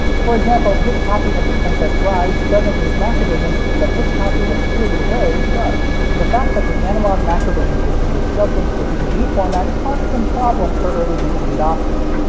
for example, this copy of the princess bride doesn't use macrovision, but this copy of spirited away does. the fact that the analog macrovision system was shoved into the dvd format caused some problems for early dvd adopters.